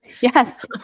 Yes